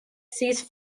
cease